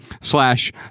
slash